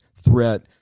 threat